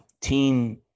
teen